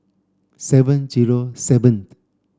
seven zero seventh